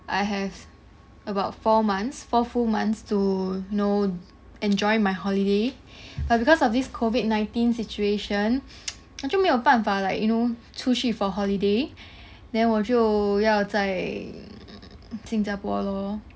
I have about four months four full months to know enjoy my holiday but because of this COVID nineteen situation 就没有办法 like you know 出去 for holiday then 我就要在新加坡 loh